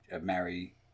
marry